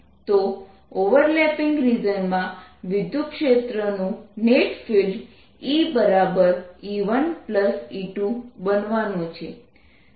તો ઓવરલેપિંગ રિજનમાં વિદ્યુતક્ષેત્રનું નેટ ફિલ્ડ EE1E2 બનવાનું છે